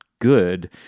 good